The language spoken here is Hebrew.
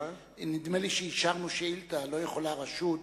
לא יכולה רשות,